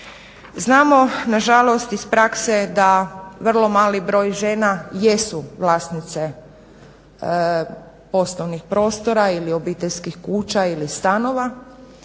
Znamo nažalost iz prakse da vrlo mali broj žena jesu vlasnice poslovnih prostora ili obiteljskih kuća ili stanova,